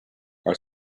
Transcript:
our